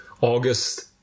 August